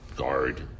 guard